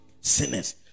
sinners